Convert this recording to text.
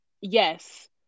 Yes